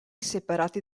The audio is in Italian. separati